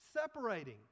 separating